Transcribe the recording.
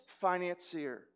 financier